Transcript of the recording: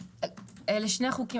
אלה שני חוקים